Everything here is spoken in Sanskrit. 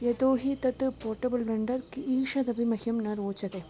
यतो हि तत् पोटबल् व्लेण्डर् किम् ईषदपि मह्यं न रोचते